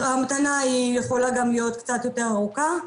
ההמתנה יכולה להיות קצת יותר ארוכה,